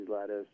lettuce